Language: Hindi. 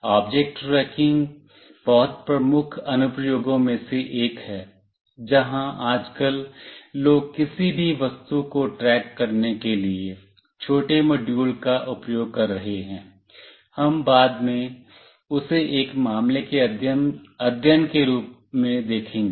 ऑब्जेक्ट ट्रैकिंग बहुत प्रमुख अनुप्रयोगों में से एक है जहां आजकल लोग किसी भी वस्तु को ट्रैक करने के लिए छोटे मॉड्यूल का उपयोग कर रहे हैं हम बाद में उसे एक मामले के अध्ययन के रूप में देखेंगे